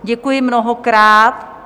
Děkuji mnohokrát.